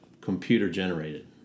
computer-generated